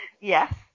Yes